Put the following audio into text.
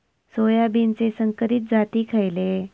सोयाबीनचे संकरित जाती खयले?